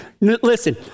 Listen